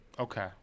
okay